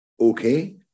okay